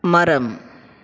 மரம்